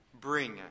bring